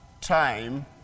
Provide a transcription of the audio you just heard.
time